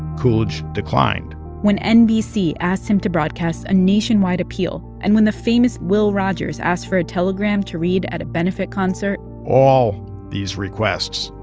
coolidge declined when nbc asked him to broadcast a nationwide appeal, and when the famous musician will rogers asked for a telegram to read at a benefit concert. all these requests,